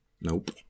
Nope